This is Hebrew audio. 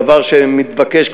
דבר שמתבקש.